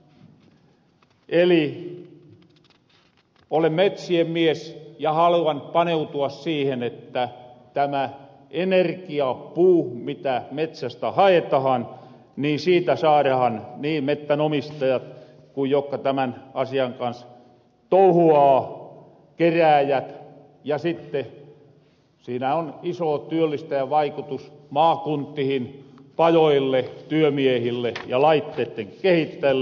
eli olen metsien mies ja haluan paneutua siihen että tämä energiapuu mitä metsästä haetahan niin siitä saarahan niin mettän omistajat ku jokka tämän asian kans touhuaa kerääjät ja sitte siinä on iso työllistäjävaikutus maakuntihin pajoille työmiehille ja laitteitten kehittäjille